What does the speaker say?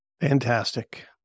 Fantastic